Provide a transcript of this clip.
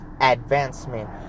advancement